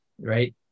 right